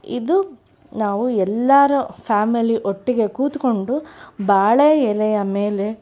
ಇದು ನಾವು ಎಲ್ಲರೂ ಫ್ಯಾಮಿಲಿ ಒಟ್ಟಿಗೆ ಕೂತ್ಕೊಂಡು ಬಾಳೆ ಎಲೆಯ ಮೇಲೆ